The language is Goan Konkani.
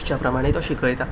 त्याच्या प्रमाणें तो शिकयता